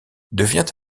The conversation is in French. devient